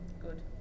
Good